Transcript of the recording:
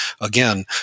Again